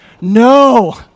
No